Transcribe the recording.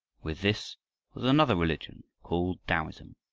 with this was another religion called taoism.